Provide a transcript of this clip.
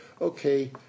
Okay